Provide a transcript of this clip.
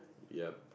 yup